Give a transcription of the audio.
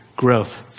growth